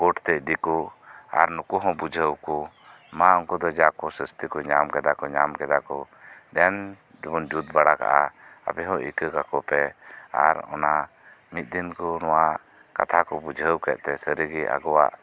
court ᱛᱮ ᱤᱫᱤ ᱠᱚ ᱟᱨ ᱱᱩᱠᱩ ᱦᱚᱸ ᱵᱩᱡᱷᱟᱹᱣ ᱠᱚ ᱢᱟ ᱩᱱᱠᱩ ᱫᱚ ᱡᱟ ᱥᱟᱹᱥᱛᱤ ᱠᱚ ᱧᱟᱢ ᱠᱮᱫᱟ ᱠᱚ ᱧᱟᱢ ᱠᱮᱫᱟ ᱠᱚ ᱫᱮᱱ ᱱᱤᱛᱚᱜ ᱵᱚᱱ ᱡᱩᱛ ᱵᱟᱲᱟ ᱠᱟᱜᱼᱟ ᱟᱯᱮ ᱦᱚᱸ ᱤᱠᱟᱹ ᱠᱟᱠᱚ ᱯᱮ ᱟᱨ ᱚᱱᱟ ᱢᱤᱫ ᱫᱤᱱ ᱠᱚ ᱱᱚᱶᱟ ᱠᱟᱛᱷᱟ ᱠᱚ ᱵᱩᱡᱷᱟᱹᱣ ᱠᱮᱫ ᱛᱮ ᱥᱟᱹᱨᱤ ᱜᱮ ᱟᱠᱚᱣᱟᱜ